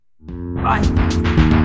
bye